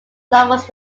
novels